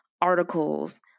articles